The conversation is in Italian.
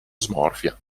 smorfia